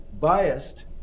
biased